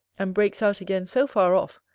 and breaks out again so far off,